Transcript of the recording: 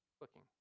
looking